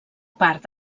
part